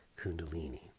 Kundalini